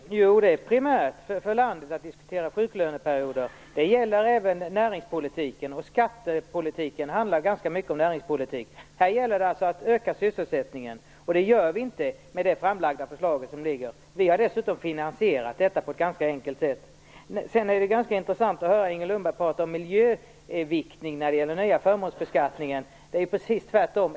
Fru talman! Jo, det är primärt för landet att vi diskuterar sjuklöneperioder. Det gäller även näringspolitiken. Skattepolitik handlar ganska mycket om näringspolitik. Här gäller det att öka sysselsättningen, men det gör vi inte med det framlagda förslaget. Vi hade dessutom finansierat vårt förslag på ett ganska enkelt sätt. Sedan är det intressant att höra Inger Lundberg tala om miljöinriktning i samband med förmånsbeskattningen. Det förhåller sig precis tvärtom.